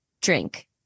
drink